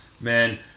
man